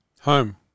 Home